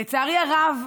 לצערי הרב,